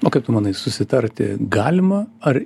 o kaip tu manai susitarti galima ar